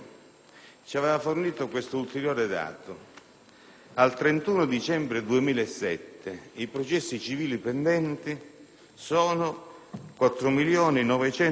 al 31 dicembre 2007 i processi civili pendenti erano 4.925.850.